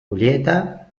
julieta